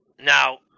Now